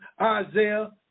Isaiah